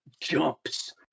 jumps